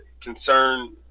concern